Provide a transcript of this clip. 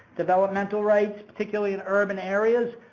developmental rights, particularly in urban areas,